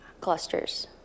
clusters